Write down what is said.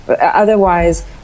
otherwise